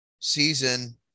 season